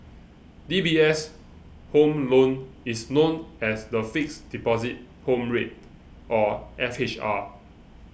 D B S Home Loan is known as the Fixed Deposit Home Rate or F H R